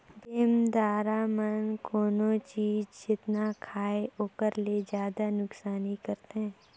बेंदरा मन कोनो चीज जेतना खायें ओखर ले जादा नुकसानी करथे